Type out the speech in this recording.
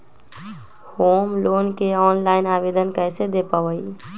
Home loan के online आवेदन कैसे दें पवई?